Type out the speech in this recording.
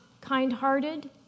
kind-hearted